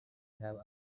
have